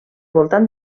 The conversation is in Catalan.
voltant